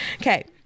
okay